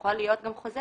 שיכול להיות גם חוזה